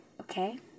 okay